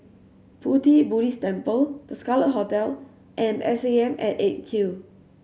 Pu Ti Buddhist Temple The Scarlet Hotel and S A M at Eight Q